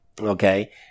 okay